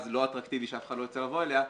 לא אטרקטיבי שאף אחד לא ירצה לבוא אליה,